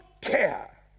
care